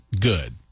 good